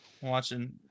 Watching